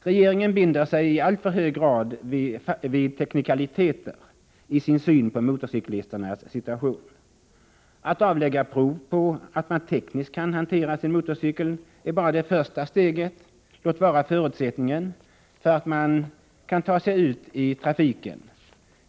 Regeringen binder sig i alltför hög grad vid teknikaliteter i sin syn på motorcyklisternas situation. Att avlägga prov på att man tekniskt kan hantera sin motorcykel är bara det första steget, låt vara förutsättningen för att man kan ta sig ut i trafiken.